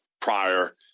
prior